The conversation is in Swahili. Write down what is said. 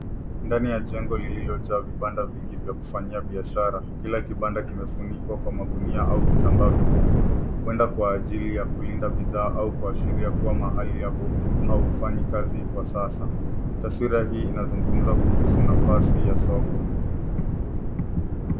Ndani ya jengo lililojaa vibanda vingi vya kufanyia biashara. Kila kibanda kimefunikwa kwa magunia au vitambaa vikubwa huenda kwa ajili ya kulinda bidhaa au kuashiria mahali hapo haufanyi kazi kwa sasa. Taswira hii inazungumza kuhusu nafasi ya soko.